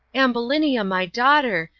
ambulinia, my daughter,